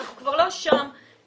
אנחנו כבר לא שם תודעתית.